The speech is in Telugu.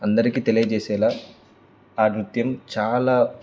అందరికీ తెలియజేసేలా ఆ నృత్యం చాలా